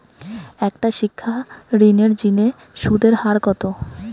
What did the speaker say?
একটা শিক্ষা ঋণের জিনে সুদের হার কত?